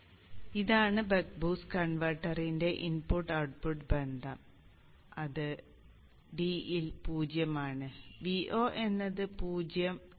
അതിനാൽ ഇതാണ് buck boost കൺവെർട്ടറിന്റെ ഇൻപുട്ട് ഔട്ട്പുട്ട് ബന്ധം അത് d ൽ 0 ആണ് Vo എന്നത് 0 d ൽ 0